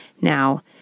now